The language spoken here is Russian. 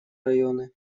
районы